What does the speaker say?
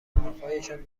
حرفهایشان